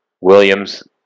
Williams